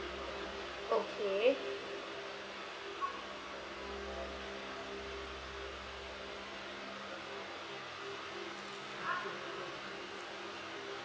okay